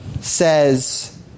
says